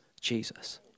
Jesus